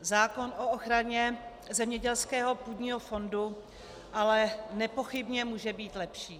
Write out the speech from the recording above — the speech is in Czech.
Zákon o ochraně zemědělského půdního fondu ale nepochybně může být lepší.